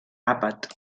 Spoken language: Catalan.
àpat